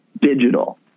digital